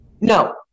No